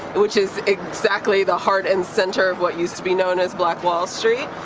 which is exactly the heart and center of what used to be known as black wall street.